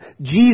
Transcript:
Jesus